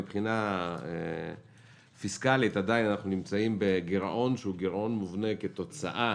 מבחינה פיסקלית אנחנו נמצאים עדיין בגירעון מובנה כתוצאה